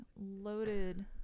loaded